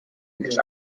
nicht